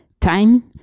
time